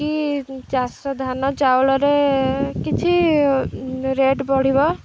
କି ଚାଷ ଧାନ ଚାଉଳରେ କିଛି ରେଟ୍ ବଢ଼ିବ